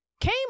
came